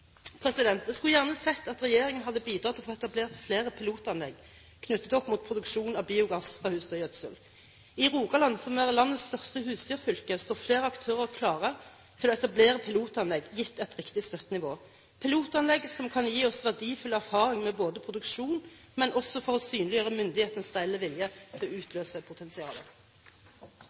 Jeg skulle gjerne sett at regjeringen hadde bidratt til å få etablert flere pilotanlegg knyttet opp mot produksjon av biogass fra husdyrgjødsel. I Rogaland, som er landets største husdyrfylke, står flere aktører klare til å etablere pilotanlegg, gitt et riktig støttenivå, pilotanlegg som kan gi oss verdifull erfaring med produksjon, men også synliggjøre myndighetenes reelle vilje til å utløse potensialet.